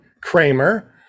Kramer